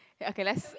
okay let's